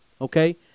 Okay